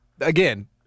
again